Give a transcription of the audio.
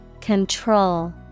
Control